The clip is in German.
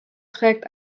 trägt